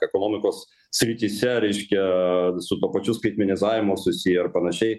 ekonomikos srityse reiškia su tuo pačiu skaitmenizavimu susiję ar panašiai